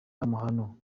amahano